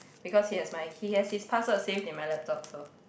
because he has my he has his password saved in my laptop so